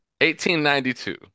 1892